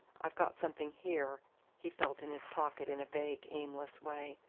i've got something here he felt in his pocket in a vague, aimless way.